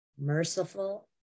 merciful